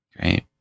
Great